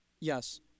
Yes